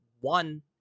one